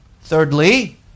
Thirdly